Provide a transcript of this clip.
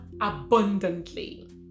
abundantly